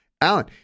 Alan